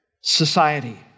society